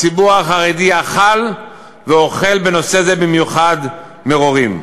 הציבור החרדי אכל ואוכל, בנושא זה במיוחד, מרורים.